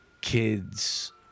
kids